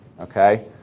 Okay